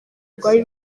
rwari